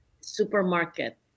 supermarket